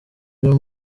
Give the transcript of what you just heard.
byo